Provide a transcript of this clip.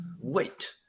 Wait